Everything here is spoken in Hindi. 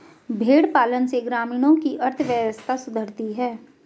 भेंड़ पालन से ग्रामीणों की अर्थव्यवस्था सुधरती है